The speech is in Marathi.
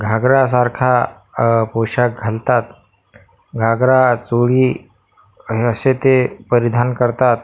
घागरासारखा पोशाख घालतात घागरा चोळी हे असे ते परिधान करतात